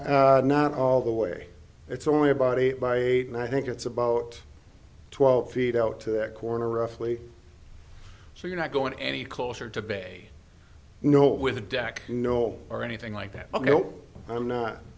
not all the way it's only about eight by eight and i think it's about twelve feet out to that corner a flea so you're not going any closer to bay no with a deck no or anything like that but no i'm not